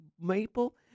maple